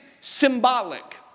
symbolic